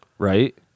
Right